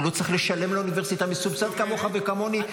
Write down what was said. הוא לא צריך לשלם לאוניברסיטה מסובסד כמוך וכמוני.